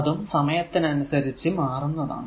ഇതും സമയത്തിനനുസരിച് മാറുന്നതാണ്